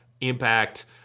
Impact